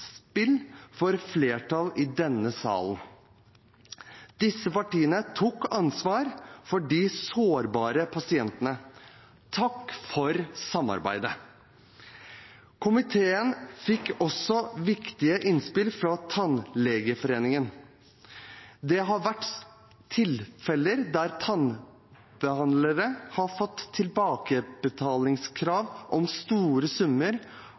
flertall i denne salen. Disse partiene tok ansvar for de sårbare pasientene. Takk for samarbeidet! Komiteen fikk også viktige innspill fra Tannlegeforeningen. Det har vært tilfeller der tannbehandlere har fått tilbakebetalingskrav om store summer